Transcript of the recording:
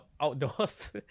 outdoors